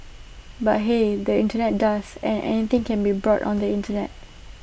but the Internet does and anything can be bought on the Internet